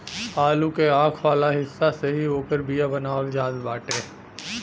आलू के आंख वाला हिस्सा से ही ओकर बिया बनावल जात बाटे